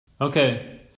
okay